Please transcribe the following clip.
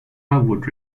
would